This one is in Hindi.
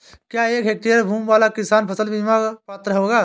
क्या एक हेक्टेयर भूमि वाला किसान फसल बीमा का पात्र होगा?